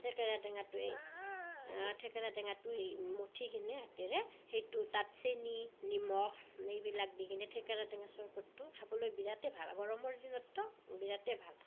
থেকেৰা টেঙাটোৱে থেকেৰা টেঙাটো এই মথি কিনে হাতেৰে সেইটো তাত চেনি নিমখ এইবিলাক দি কিনে থেকেৰা টেঙাৰ চৰবতটো খাবলৈ বিৰাটেই ভাল গৰমৰ দিনততো বিৰাটেই ভাল